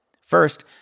First